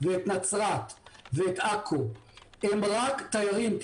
את נצרת ואת עכו זה רק תיירים,